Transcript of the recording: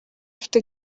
afite